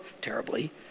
terribly